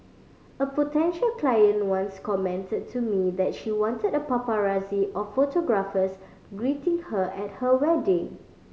a potential client once commented to me that she wanted a paparazzi of photographers greeting her at her wedding